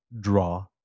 draw